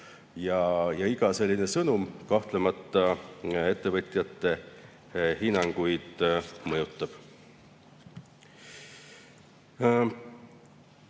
ja iga selline sõnum kahtlemata ettevõtjate hinnanguid mõjutab.